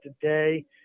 today